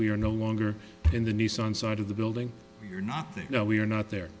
we are no longer in the nissan side of the building you're not there now we are not there